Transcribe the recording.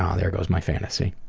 um there goes my fantasy.